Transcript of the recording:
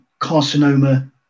carcinoma